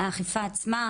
האכיפה עצמה,